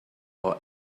for